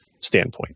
standpoint